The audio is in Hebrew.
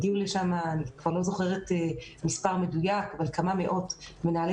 אני כבר לא זוכרת את המספר המדויק אבל הגיעו לשם כמה מאות מנהלי